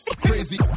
crazy